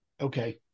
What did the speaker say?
Okay